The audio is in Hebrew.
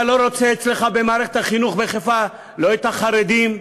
אתה לא רוצה אצלך במערכת החינוך בחיפה לא את החרדים,